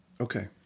Okay